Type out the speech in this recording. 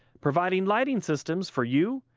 providing lighting systems for you,